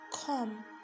come